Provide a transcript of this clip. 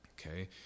Okay